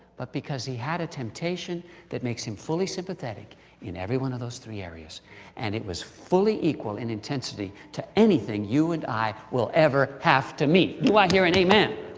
but because he had a temptation that makes him fully sympathetic in everyone of those three areas and it was fully equal in intensity to anything you and i will ever have to meet. do i hear an amen?